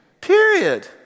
Period